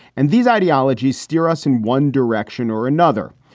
and these ideologies steer us in one direction or another.